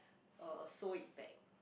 uh sow it back